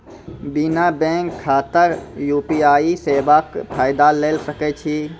बिना बैंक खाताक यु.पी.आई सेवाक फायदा ले सकै छी?